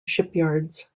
shipyards